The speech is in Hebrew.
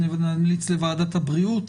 נמליץ לוועדת הבריאות